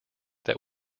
that